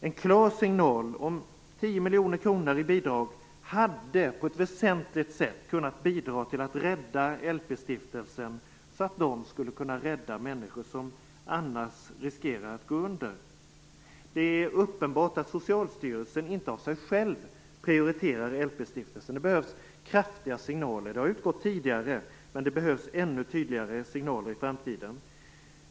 En klar signal om 10 miljoner kronor i bidrag hade på ett väsentligt sätt kunnat bidra till att rädda LP stiftelsen så att den skulle kunna rädda människor som annars riskerar att gå under. Det är uppenbart att Socialstyrelsen inte av sig själv prioriterar LP stiftelsen. Det behövs kraftiga signaler. De har utgått tidigare, men det behövs ännu tydligare signaler i framtiden.